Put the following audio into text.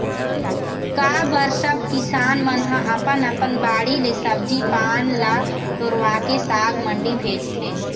का बर सब किसान मन ह अपन अपन बाड़ी ले सब्जी पान ल टोरवाके साग मंडी भेजथे